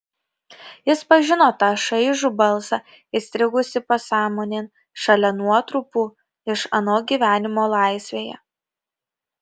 jis pažino tą šaižų balsą įstrigusį pasąmonėn šalia nuotrupų iš ano gyvenimo laisvėje